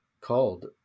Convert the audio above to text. called